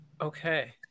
Okay